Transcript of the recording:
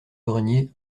grenier